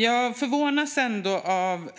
Jag förvånas av